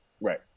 Right